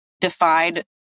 defied